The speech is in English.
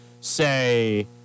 say